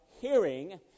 hearing